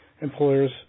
employers